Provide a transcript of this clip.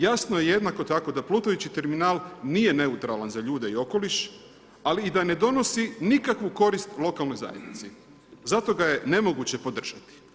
Jasno je jednako tako da plutajući terminal nije neutralan za ljude i okoliš, ali i da ne donosi nikakvu korist lokalnoj zajednici, zato ga je nemoguće podržati.